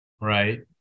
Right